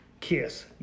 Kiss